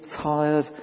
tired